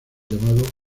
llamado